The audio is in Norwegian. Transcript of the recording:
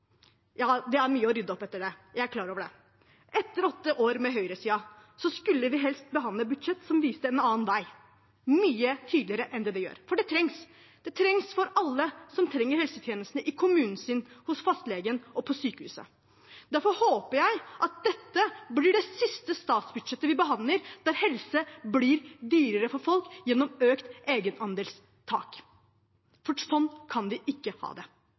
det er mye å rydde opp i etter det – skulle vi helst behandlet et budsjett som viste en annen vei, mye tydeligere enn det det gjør. For det trengs. Det trengs for alle som trenger helsetjenestene i kommunen sin, hos fastlegen og på sykehuset. Derfor håper jeg at dette blir det siste statsbudsjettet vi behandler der helse blir dyrere for folk gjennom økt egenandelstak, for slik kan vi ikke ha det.